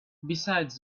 besides